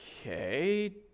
okay